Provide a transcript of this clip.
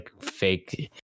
fake